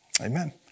Amen